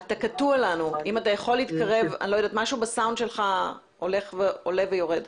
--- אתה קטוע לנו, משהו בסאונד שלך עולה ויורד.